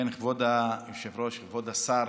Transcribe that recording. כבוד היושב-ראש, כבוד השר,